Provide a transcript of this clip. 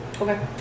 Okay